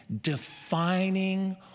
defining